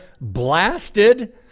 blasted